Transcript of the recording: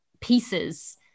pieces